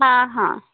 ହଁ ହଁ